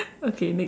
okay next